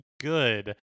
good